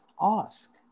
ask